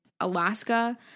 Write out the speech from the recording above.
Alaska